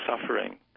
suffering